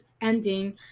ending